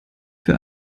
für